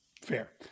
Fair